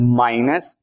minus